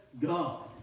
God